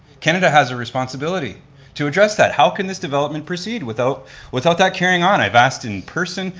canada has a responsibility to address that. how can this development proceed without without that carrying on? i've asked in person,